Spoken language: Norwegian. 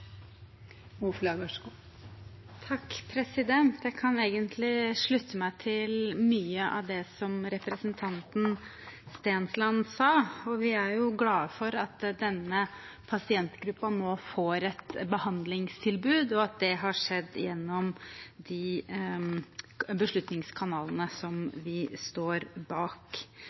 sa. Vi er jo glade for at denne pasientgruppen nå får et behandlingstilbud, og at det har skjedd gjennom de beslutningskanalene som vi står bak.